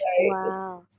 Wow